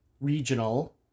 regional